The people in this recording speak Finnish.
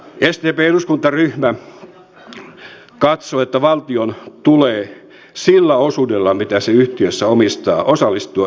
sdpn eduskuntaryhmä katsoo että valtion tulee sillä osuudella mitä se yhtiöissä omistaa osallistua yhtiöitten päätöksentekoon